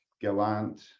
Gallant